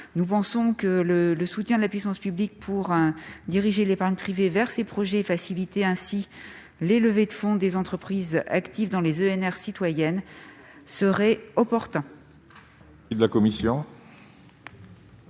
Nous pensons que le soutien de la puissance publique pour orienter l'épargne privée vers ces projets et faciliter ainsi les levées de fonds des entreprises actives dans les ENR citoyennes serait opportun. Quel est l'avis de la commission